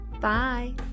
Bye